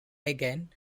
again